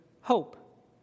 hope